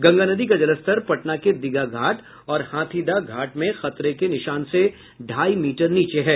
गंगा नदी का जलस्तर पटना के दीघा घाट और हाथीदह घाट में खतरे के निशान से ढाई मीटर नीचे है